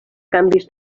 canvis